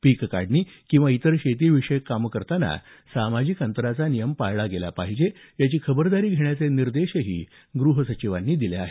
पीक काढणी किंवा इतर शेतीविषयक कामं करताना सामाजिक अंतराचा नियम पाळला गेला पाहिजे याची खबरदारी घेण्याचे निर्देशही ग्रह सचिवांनी दिले आहेत